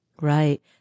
Right